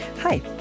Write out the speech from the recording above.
Hi